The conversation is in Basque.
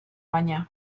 baina